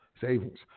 Savings